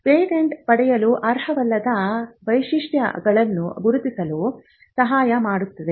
patent ಪಡೆಯಲು ಅರ್ಹವಲ್ಲದ ವೈಶಿಷ್ಟಗಳನ್ನು ಗುರುತಿಸಲು ಸಹಾಯ ಮಾಡುತ್ತದೆ